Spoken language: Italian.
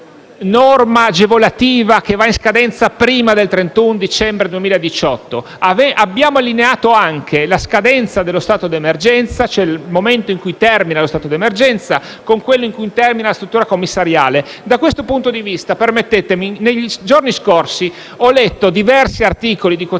norma agevolativa che andrà in scadenza prima del 31 dicembre 2018. Abbiamo allineato anche la scadenza dello stato d'emergenza, ossia il momento in cui termina lo Stato d'emergenza, con quello in cui termina la struttura commissariale. Da questo punto di vista, permettetemi di dire che nei giorni scorsi ho letto diversi articoli di quotidiani,